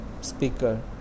speaker